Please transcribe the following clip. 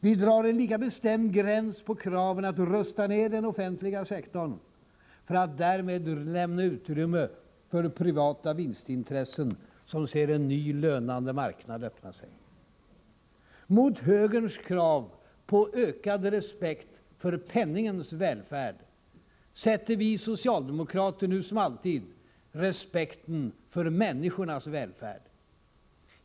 Vi drar en lika bestämd gräns mot kraven att rusta ner den offentliga sektorn för att därmed lämna utrymme för privata vinstintressen, som ser en ny lönande marknad öppna sig. Mot högerns krav på ökad respekt för penningens välfärd sätter vi socialdemokrater, nu som alltid, respekten för människornas välfärd.